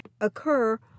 occur